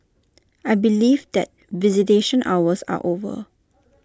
I believe that visitation hours are over